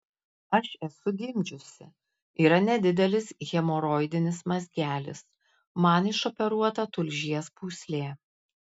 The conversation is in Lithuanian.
aš esu gimdžiusi yra nedidelis hemoroidinis mazgelis man išoperuota tulžies pūslė